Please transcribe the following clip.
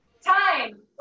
Time